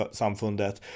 samfundet